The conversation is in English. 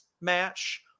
match